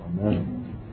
amen